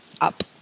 up